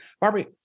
Barbie